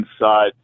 inside